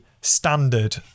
standard